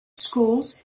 schools